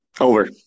Over